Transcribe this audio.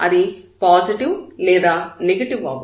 అది పాజిటివ్ లేదా నెగటివ్ అవ్వచ్చు